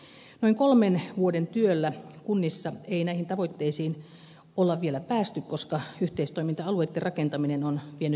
noin kolmen vuoden työllä kunnissa ei näihin tavoitteisiin ole vielä päästy koska yhteistoiminta alueitten rakentaminen on vienyt paljon aikaa